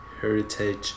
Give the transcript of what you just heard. heritage